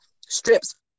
strips